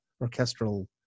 orchestral